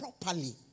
properly